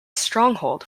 stronghold